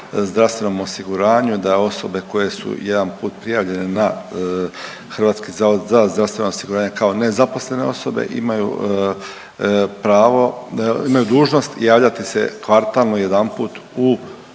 zdravstvenom osiguranju, da osobe koje su jedan prijavljene na Hrvatski zavod za zdravstveno osiguranje kao nezaposlene osobe imaju pravo, imaju dužnost javljati se kvartalno jedanput u